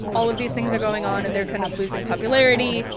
all of these things are going on and they're kind of losing popularity,